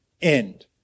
end